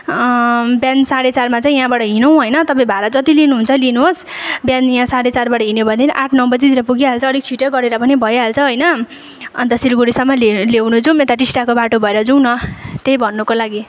बिहान साँडे चारमा चाहिँ यहाँबाट हिँडौँ होइन तपाईँ भाडा जति लिनुहुन्छ लिनुहोस बिहान यहाँ साँडे चारब्डाट हिँड्यो भने आठ नौ बजीतिर पुगिहाल्छ अलिक छिट्टै गरेर पनि भइहाल्छ होइन अन्त सिलगढीसम्म ल्याउनु जाउँ यता टिस्टाको बाटो भएर जुाउँ न त्यही भन्नुको लागि